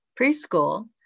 preschool